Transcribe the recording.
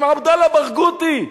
עם עבדאללה ברגותי.